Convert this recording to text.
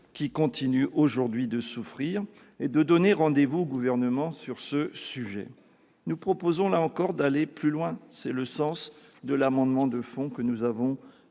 continuent aujourd'hui de souffrir », et vous donnez rendez-vous au Gouvernement sur ce sujet. Nous proposons, là encore, d'aller plus loin. Tel est le sens de l'amendement de fond que nous avons